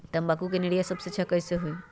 तम्बाकू के निरैया सबसे अच्छा कई से होई?